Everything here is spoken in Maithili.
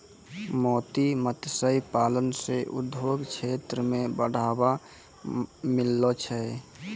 मोती मत्स्य पालन से उद्योग क्षेत्र मे बढ़ावा मिललो छै